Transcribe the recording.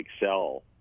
excel